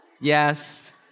yes